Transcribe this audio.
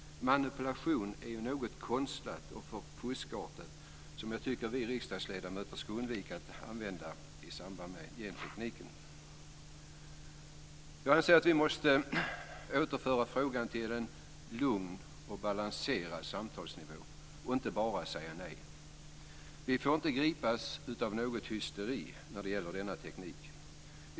Manipulation är något konstlat och fuskartat som jag tycker att vi riksdagsledamöter ska undvika att nämna i gentekniksammanhang. Jag anser att vi måste återföra frågan till en lugn och balanserad samtalsnivå och inte bara säga nej. Vi får inte gripas av något hysteri när det gäller denna teknik.